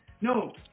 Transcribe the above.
no